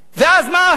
מה עושה התקשורת,